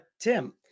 Tim